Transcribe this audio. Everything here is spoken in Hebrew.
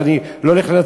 ואני לא הולך לנצל את זה.